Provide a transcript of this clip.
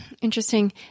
Interesting